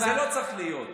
זה לא צריך להיות.